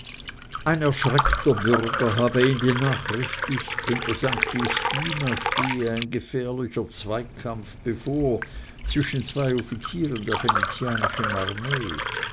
ein erschreckter bürger habe ihn benachrichtigt hinter st justina stehe ein gefährlicher zweikampf bevor zwischen zwei offizieren der venezianischen armee